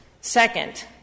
Second